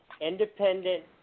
independent